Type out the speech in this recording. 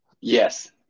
Yes